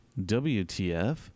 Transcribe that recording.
WTF